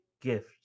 gift